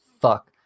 fuck